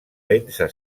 densa